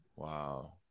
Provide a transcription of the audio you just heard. Wow